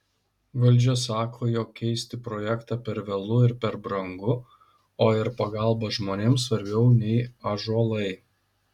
valdžia sako jog keisti projektą per vėlu ir per brangu o ir pagalba žmonėms svarbiau nei ąžuolai